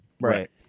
Right